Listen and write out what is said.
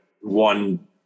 one